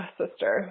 sister